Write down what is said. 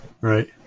Right